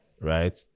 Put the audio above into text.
right